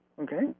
okay